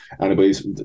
anybody's